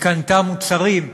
היא קנתה מוצרים,